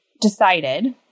decided